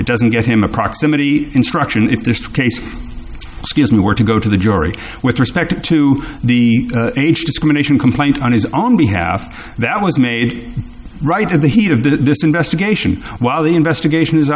it doesn't get him a proximity instruction if this case we were to go to the jury with respect to the age discrimination complaint on his own behalf that was made right in the heat of the investigation while the investigation